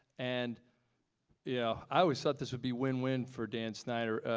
and yeah i always thought this would be win-win for dan snyder,